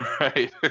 Right